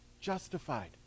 justified